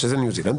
שזאת ניו זילנד,